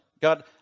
God